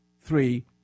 three